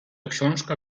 książka